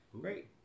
Great